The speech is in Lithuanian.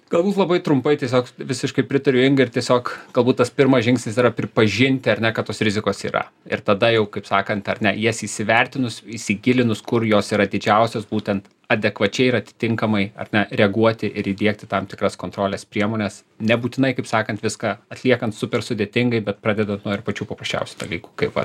galbūt labai trumpai tiesiog visiškai pritariu ingai ir tiesiog galbūt tas pirmas žingsnis yra pripažinti ar ne kad tos rizikos yra ir tada jau kaip sakant ar ne jas įsivertinus įsigilinus kur jos yra didžiausios būtent adekvačiai ir atitinkamai ar ne reaguoti ir įdiegti tam tikras kontrolės priemones nebūtinai kaip sakan viską atliekan super sudėtingai bet pradedat nuo ir pačių paprasčiausių dalykų kaip va